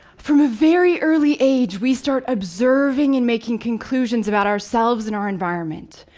from a very early age we start observing and making conclusions about ourselves and our environment.